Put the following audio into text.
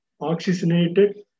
oxygenated